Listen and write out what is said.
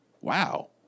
Wow